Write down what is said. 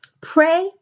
pray